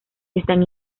están